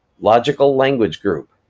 logicallanguagegroup,